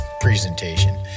presentation